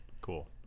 Cool